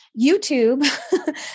YouTube